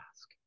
ask